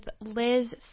Liz